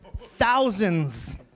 Thousands